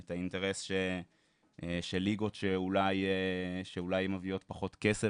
את האינטרס של ליגות שאולי מביאות פחות כסף